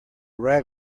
rag